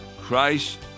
Christ